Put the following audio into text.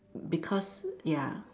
because ya